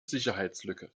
sicherheitslücke